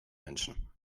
menschen